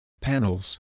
panels